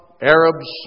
Arabs